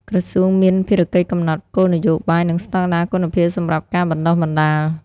ក្រសួងមានភារកិច្ចកំណត់គោលនយោបាយ និងស្តង់ដារគុណភាពសម្រាប់ការបណ្ដុះបណ្ដាល។